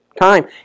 time